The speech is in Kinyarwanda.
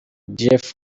jeff